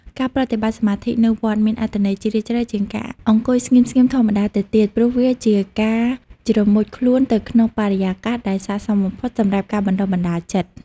ការប្រតិបត្តិសមាធិនៅវត្តមានអត្ថន័យជ្រាលជ្រៅជាងការអង្គុយស្ងៀមៗធម្មតាទៅទៀត ព្រោះវាជាការជ្រមុជខ្លួនទៅក្នុងបរិយាកាសដែលស័ក្តិសមបំផុតសម្រាប់ការបណ្តុះបណ្តាលចិត្ត។